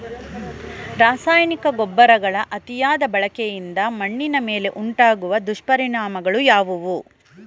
ರಾಸಾಯನಿಕ ಗೊಬ್ಬರಗಳ ಅತಿಯಾದ ಬಳಕೆಯಿಂದ ಮಣ್ಣಿನ ಮೇಲೆ ಉಂಟಾಗುವ ದುಷ್ಪರಿಣಾಮಗಳು ಯಾವುವು?